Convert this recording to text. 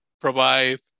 provide